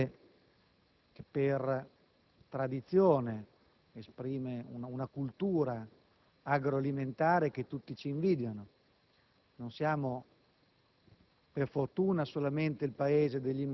del bel sole, il Paese che per tradizione esprime una cultura agroalimentare che tutti ci invidiano; non siamo,